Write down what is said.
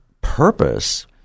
purpose